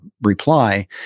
reply